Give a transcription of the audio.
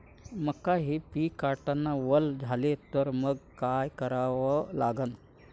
मका हे पिक काढतांना वल झाले तर मंग काय करावं लागन?